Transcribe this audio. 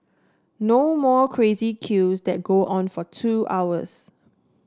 no more crazy queues that go on for two hours